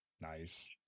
Nice